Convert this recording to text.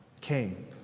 came